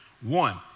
One